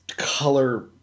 color